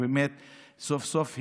סוף-סוף הבינו,